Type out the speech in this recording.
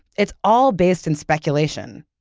it's all based in speculation.